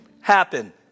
happen